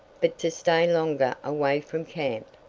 but to stay longer away from camp?